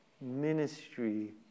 ministry